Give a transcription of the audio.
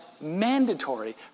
mandatory